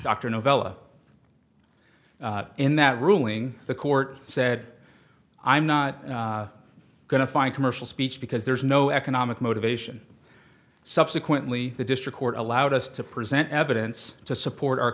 dr novella in that ruling the court said i'm not going to find commercial speech because there's no economic motivation subsequently the district court allowed us to present evidence to support our